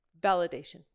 Validation